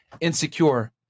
insecure